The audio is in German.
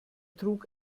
trug